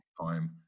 time